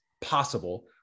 possible